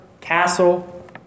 Castle